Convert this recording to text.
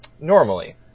normally